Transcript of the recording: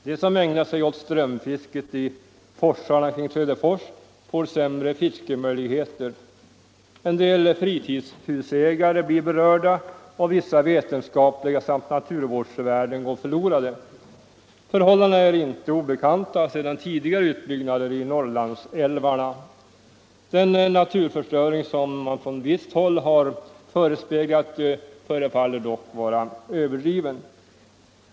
De som ägnar sig åt strömfiske i forsarna kring Söderfors får sämre fiskemöjligheter. En del fritidshusägare blir berörda, och vissa vetenskapliga värden och naturvårdsvärden går förlorade. Förhållandena är, sedan tidigare utbyggnader av norrlandsälvar, inte obekanta. Det naturförstöring som man från visst håll har förutsett förefaller dock vara överdriven.